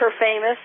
famous